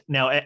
Now